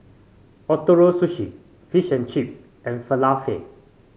Ootoro Sushi Fish and Chips and Falafel